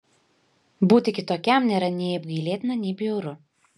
būti kitokiam nėra nei apgailėtina nei bjauru